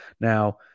Now